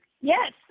Yes